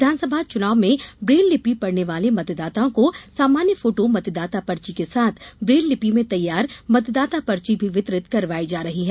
विधानसभा चुनाव में ब्रेललिपि पढ़ने वाले मतदाताओं को सामान्य फोटो मतदाता पर्ची को साथ ब्रेल लिपि में तैयार मतदाता पर्ची भी वितरित करवाई जा रही है